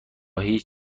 هیچ